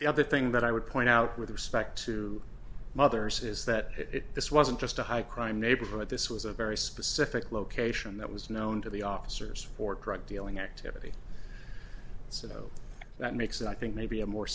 the other thing that i would point out with respect to others is that this wasn't just a high crime neighborhood this was a very specific location that was known to the officers for drug dealing activity so that makes i think maybe a more